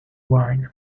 wine